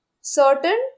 certain